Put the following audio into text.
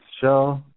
show